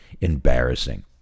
embarrassing